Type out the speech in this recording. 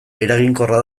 eraginkorra